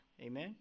Amen